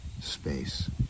space